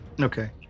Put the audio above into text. Okay